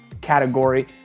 category